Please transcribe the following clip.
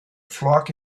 flock